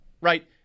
right